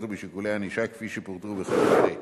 ובשיקולי הענישה כפי שפורטו בחוק זה.